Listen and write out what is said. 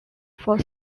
for